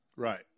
Right